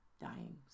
dying